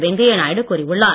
வெங்கயை நாயுடு கூறியுள்ளார்